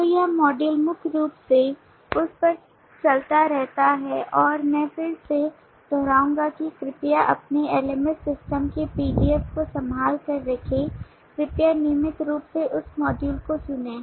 तो यह मॉड्यूल मुख्य रूप से उस पर चलता रहता है और मैं फिर से दोहराऊंगा कि कृपया अपने LMS सिस्टम के PDF को संभाल कर रखें कृपया नियमित रूप से उस मॉड्यूल को सुनें